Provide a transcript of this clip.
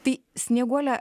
tai snieguole